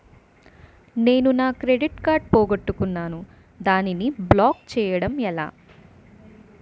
నేను నా credit card పోగొట్టుకున్నాను దానిని బ్లాక్ చేయడం ఎలా?